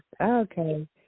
Okay